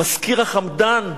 המשכיר החמדן.